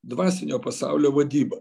dvasinio pasaulio vadyba